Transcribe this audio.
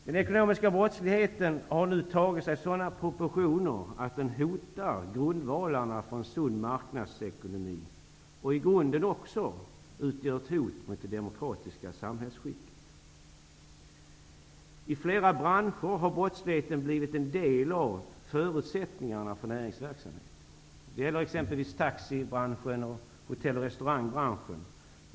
Den ekonomiska brottsligheten har nu tagit sig sådana proportioner att den hotar grundvalarna för en sund marknadsekonomi och i grunden också utgör ett hot mot det demokratiska samhällsskicket. I flera branscher har brottsligheten blivit en del av förutsättningarna för näringsverksamheten. Det gäller exempelvis taxibranschen och hotell och restaurangbranschen.